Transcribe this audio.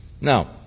Now